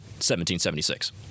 1776